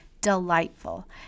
delightful